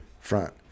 front